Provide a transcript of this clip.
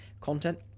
content